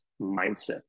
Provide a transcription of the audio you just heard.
mindset